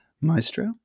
Maestro